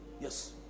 Yes